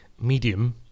medium